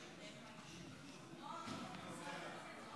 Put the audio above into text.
49